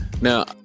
now